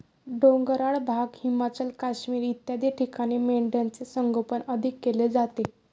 डोंगराळ भाग, हिमाचल, काश्मीर इत्यादी ठिकाणी मेंढ्यांचे संगोपन अधिक केले जाते